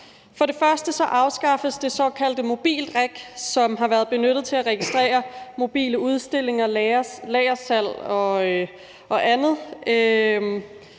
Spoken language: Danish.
For det første afskaffes det såkaldte MobiltReg, som har været benyttet til at registrere mobile udstillinger, lagersalg og andet,